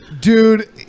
Dude